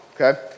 okay